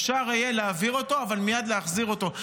אפשר יהיה להעביר אותו אבל מייד להחזיר אותו,